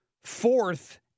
fourth